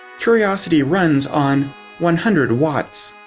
curiosity runs on one hundred watts.